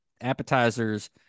appetizers